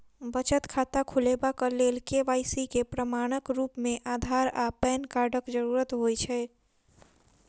बचत खाता खोलेबाक लेल के.वाई.सी केँ प्रमाणक रूप मेँ अधार आ पैन कार्डक जरूरत होइ छै